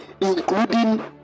including